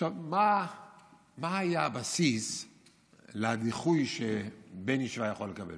מה היה הבסיס לדיחוי שבן ישיבה יכול לקבל?